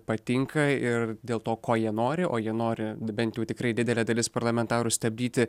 patinka ir dėl to ko jie nori o jie nori bent jau tikrai didelė dalis parlamentarų stabdyti